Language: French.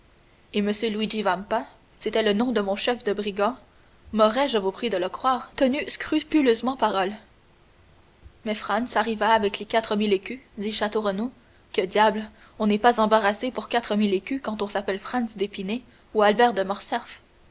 et m luigi vampa c'est le nom de mon chef de brigands m'aurait je vous prie de le croire tenu scrupuleusement parole mais franz arriva avec les quatre mille écus dit château renaud que diable on n'est pas embarrassé pour quatre mille écus quand on s'appelle franz d'épinay ou albert de